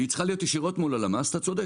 היא צריכה להיות ישירות מול הלמ"ס, אתה צודק.